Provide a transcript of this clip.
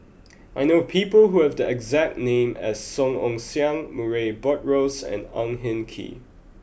I know people who have the exact name as Song Ong Siang Murray Buttrose and Ang Hin Kee